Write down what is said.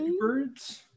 birds